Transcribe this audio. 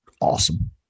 awesome